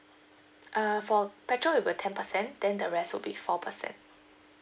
uh for petrol it'll be ten percent then the rest will be four percent